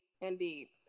indeed